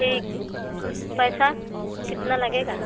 ठीक पैसे कितने लगेंगे